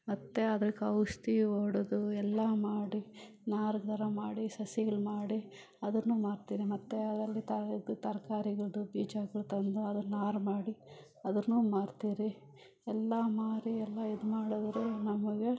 ಮತ್ತೆ ಅದಕ್ಕೆ ಔಷಧಿ ಒಡೆದು ಎಲ್ಲ ಮಾಡಿ ನಾರು ಥರ ಮಾಡಿ ಸಸಿಗಳು ಮಾಡಿ ಅದನ್ನು ಮಾರ್ತೇನೆ ಮತ್ತು ಅದರಲ್ಲಿ ಥರದ್ದು ತರ್ಕಾರಿಗಳದ್ದು ಬೀಜಗಳು ತಂದು ಅದನ್ನ ನಾರು ಮಾಡಿ ಅದನ್ನು ಮಾರ್ತೇವ್ರಿ ಎಲ್ಲ ಮಾರಿ ಎಲ್ಲ ಇದ್ಮಾಡಿದ್ರೆ ನಮಗೆ